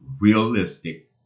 realistic